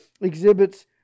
exhibits